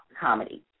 comedy